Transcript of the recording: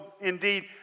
Indeed